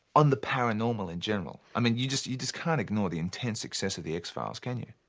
on the paranormal in general. i mean, you just you just can't ignore the intense success of the x files, can you?